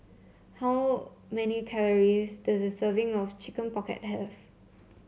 how many calories does the serving of Chicken Pocket have